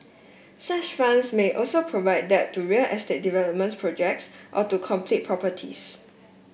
such funds may also provide debt to real estate development projects or to completed properties